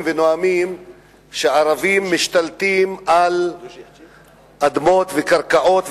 ונואמים שערבים משתלטים על אדמות וקרקעות,